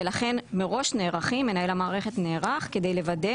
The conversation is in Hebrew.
ולכן מראש מנהל המערכת נערך כדי לוודא